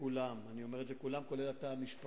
וכולם, אני אומר כולם, כולל התא המשפחתי,